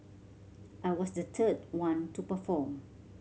I was the third one to perform